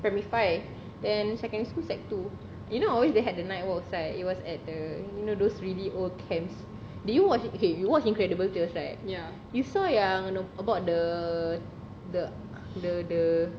primary five then secondary school sec two you know always they had the night walks right it was at the you know those really old camps did you watch okay you watched incredible tales right you saw yang you know about the the the the